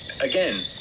again